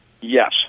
yes